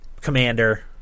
commander